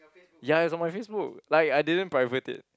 ya it's on my Facebook like I didn't private it